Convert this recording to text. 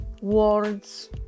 words